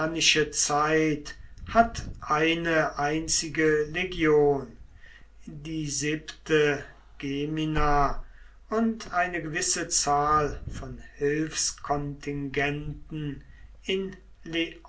hat eine einzige legion die siebente ge und eine gewisse zahl von hilfskontingenten in